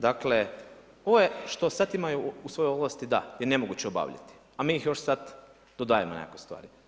Dakle, ovo je što sad imaju u svojoj ovlasti da je nemoguće obavljati, a mi ih još sad dodajemo neke stvari.